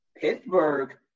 Pittsburgh